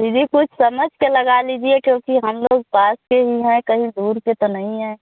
दीदी कुछ समझ के लगा लीजिए क्योंकि हम लोग पास के ही हैं कहीं दूर के तो नहीं हैं